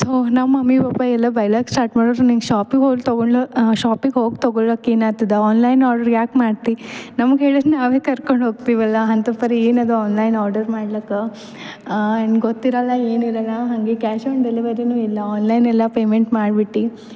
so ನಮ್ಮ mummy papa ಎಲ್ಲ ಇಲ್ಲ ಬೈಲಾಕೆ ಸ್ಟಾರ್ಟ್ ಮಾಡ್ರೂ ನಿಂಗೆ ಶಾಪಿಗೆ ಹೋಗಿ ತಗೊಳ್ಳೋಕ್ ಶಾಪಿಗೆ ಹೋಗಿ ತಗೊಳ್ಳೋಕ್ ಏನಾತದ ಆನ್ಲೈನಲ್ಲಿ ಆಡ್ರ್ ಯಾಕೆ ಮಾಡ್ತಿ ನಮ್ಗೆ ಹೇಳಿರೆ ನಾವೇ ಕರ್ಕೊಂಡು ಹೋಗ್ತೀವಲ್ಲ ಅಂತ ಪರಿ ಏನದು ಆನ್ಲೈನ್ ಆರ್ಡರ್ ಮಾಡ್ಲಾಕ ನಿಂಗೆ ಗೊತ್ತಿರೊಲ್ಲ ಏನಿರೊಲ್ಲ ಹಂಗೆ ಕ್ಯಾಶ್ ಆನ್ ಡೆಲಿವರಿನು ಇಲ್ಲ ಆನ್ಲೈನ್ ಎಲ್ಲ ಪೇಮೆಂಟ್ ಮಾಡ್ಬಿಟ್ಟು